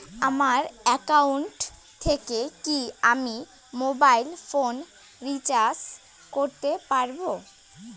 আমার একাউন্ট থেকে কি আমি মোবাইল ফোন রিসার্চ করতে পারবো?